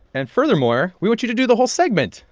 and furthermore, we want you to do the whole segment.